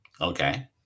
Okay